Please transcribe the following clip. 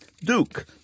Duke